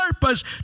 purpose